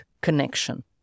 connection